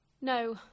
No